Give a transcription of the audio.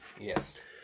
Yes